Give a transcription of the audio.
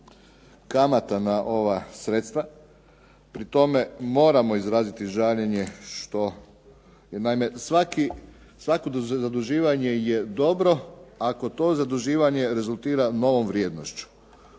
kamata na ova sredstva. Pri tome moramo izraziti žaljenje što jer naime svako zaduživanje je dobro ako to zaduživanje rezultira novom vrijednošću.